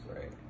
right